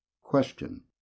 Question